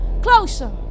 Closer